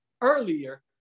earlier